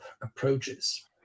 approaches